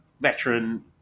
veteran